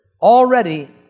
already